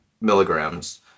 milligrams